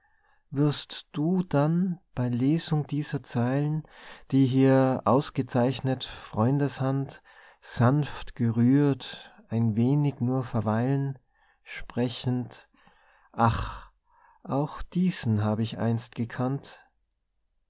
wirst du dann bei lesung dieser zeilen die hier ausgezeichnet freundeshand sanft gerührt ein wenig nur verweilen sprechend ach auch diesen hab ich einst gekannt